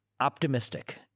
optimistic